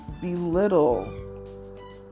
belittle